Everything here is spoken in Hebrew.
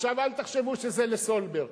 עכשיו, אל תחשבו שזה לסולברג.